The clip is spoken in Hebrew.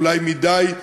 אולי מדי,